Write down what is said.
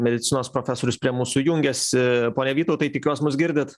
medicinos profesorius prie mūsų jungiasi pone vytautai tikiuos mus girdit